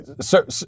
sir